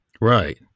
Right